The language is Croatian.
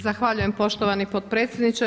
Zahvaljujem poštovani potpredsjedniče.